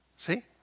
See